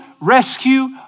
rescue